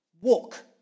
walk